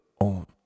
own